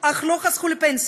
אך לא חסכו לפנסיה.